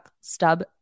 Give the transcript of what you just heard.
Stub